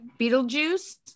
Beetlejuice